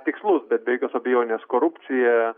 tikslus bet be jokios abejonės korupcija